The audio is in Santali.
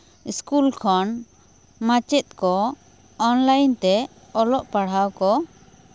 ᱥᱠᱩᱞ ᱠᱷᱚᱱ ᱢᱟᱪᱮᱫ ᱠᱚ ᱚᱱᱞᱟᱭᱤᱱ ᱛᱮ ᱚᱞᱚᱜ ᱯᱟᱲᱦᱟᱣ ᱠᱚ